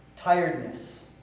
tiredness